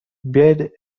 بیایید